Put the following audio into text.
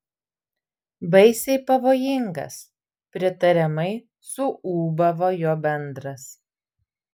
baisiai pavojingas pritariamai suūbavo jo bendras